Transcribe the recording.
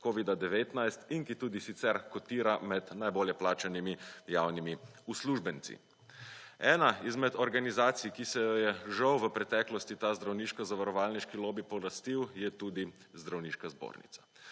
Covid-19 in ki tudi sicer kotira me najbolje plačanimi javni uslužbenci. Ena izmed organizacij, ki se jo je žal v preteklosti ta zdravniško zavarovalniško lobij polastil je tudi zdravniška zbornica.